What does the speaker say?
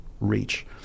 Reach